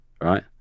right